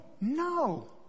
No